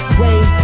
wait